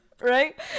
right